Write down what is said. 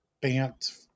Bant